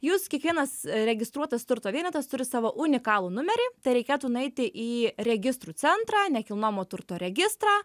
jūs kiekvienas registruotas turto vienetas turi savo unikalų numerį tereikėtų nueiti į registrų centrą nekilnojamo turto registrą